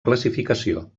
classificació